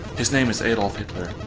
his name is adolf hitler.